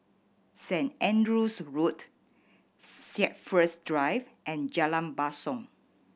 Saint Andrew's Road Shepherds Drive and Jalan Basong